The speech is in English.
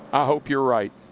i hope you're right.